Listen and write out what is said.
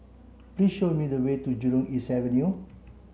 please show me the way to Jurong East Avenue